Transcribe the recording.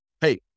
Hey